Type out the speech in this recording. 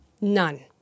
None